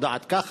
יודעת ככה.